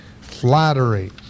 flattery